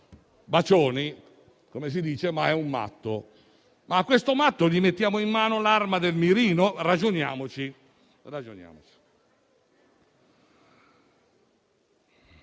("bacioni", come si dice), ma è un matto! Ma a questo matto mettiamo in mano l'arma con il mirino? Ragioniamoci.